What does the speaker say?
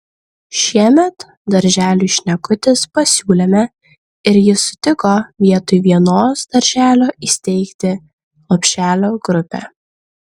šiemet darželiui šnekutis pasiūlėme ir jis sutiko vietoj vienos darželio įsteigti lopšelio grupę